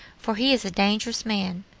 for he is a dangerous man.